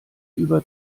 über